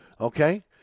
okay